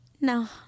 no